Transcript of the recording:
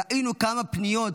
ראינו כמה פניות,